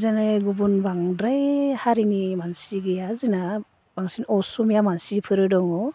जोंनि गुबुन बांद्राय हारिनि मानसि गैया जोंना बांसिन असमिया मानसिफोर दङ